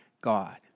God